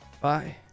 Bye